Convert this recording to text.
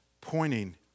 pointing